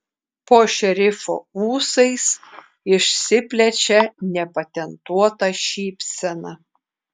po šerifo ūsais išsiplečia nepatentuota šypsena